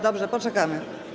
Dobrze, poczekamy.